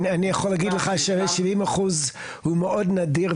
אני יכול להגיד לך ש-70% הוא נדיר,